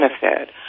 benefit